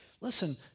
Listen